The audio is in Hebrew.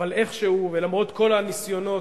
אבל איכשהו, ולמרות כל הניסיונות